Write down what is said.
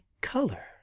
color